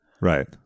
right